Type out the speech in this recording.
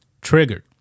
Triggered